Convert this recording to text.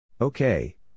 Okay